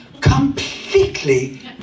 completely